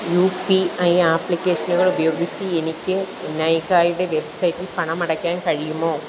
U P I ആപ്ലിക്കേഷനുകൾ ഉപയോഗിച്ചു എനിക്ക് നൈകയുടെ വെബ്സൈറ്റിൽ പണം അടയ്ക്കാൻ കഴിയുമോ